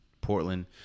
Portland